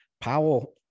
Powell